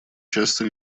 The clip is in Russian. часто